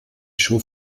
show